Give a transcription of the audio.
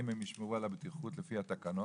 אם הם ישמרו על הבטיחות לפי התקנות,